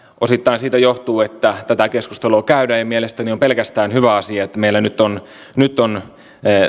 osittain siitä johtuu että tätä keskustelua käydään mielestäni on pelkästään hyvä asia että meillä nyt on nyt on